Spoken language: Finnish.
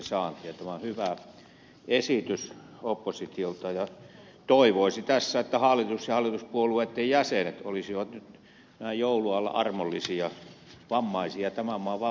tämä on hyvä esitys oppositiolta ja toivoisi tässä että hallitus ja hallituspuolueitten jäsenet olisivat nyt näin joulun alla armollisia tämän maan vammaisia kohtaan